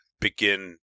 begin